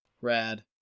Rad